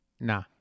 Nah